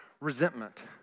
resentment